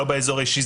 לא באזור האישי,